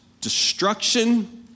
destruction